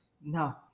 No